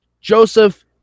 Joseph